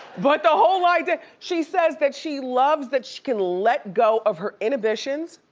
but whole idea! she says that she loves that she can let go of her inhibitions,